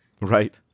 Right